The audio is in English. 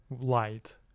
Light